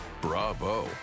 Bravo